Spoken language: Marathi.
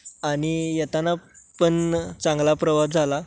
आणि येताना पण चांगला प्रवास झाला